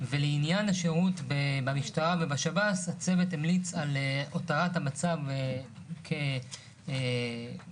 ולעניין השירות במשטרה ובשב"ס הצוות המליץ על הותרת המצב על כנו